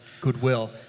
goodwill